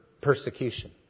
persecution